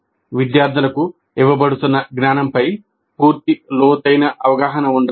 విద్యార్థులకు ఇవ్వబడుతున్న జ్ఞానంపై పూర్తి లోతైన అవగాహన ఉండాలి